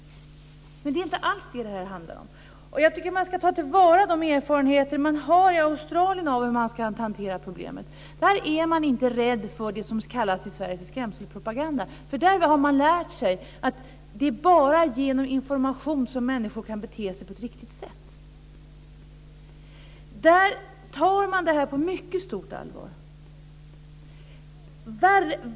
Men det är inte alls detta det här handlar om. Jag tycker att vi ska ta till vara de erfarenheter som finns i Australien av hur man ska hantera problemet. Där är man inte rädd för det som i Sverige kallas för skrämselpropaganda. Där har man lärt sig att det bara är genom information som människor kan lära sig att bete sig på ett riktigt sätt. Där tar man detta på mycket stort allvar.